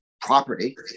property